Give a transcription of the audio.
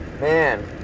Man